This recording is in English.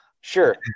sure